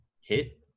hit